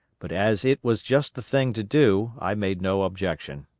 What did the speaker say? but as it was just the thing to do i made no objection.